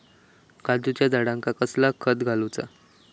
काजूच्या झाडांका कसला खत घालूचा?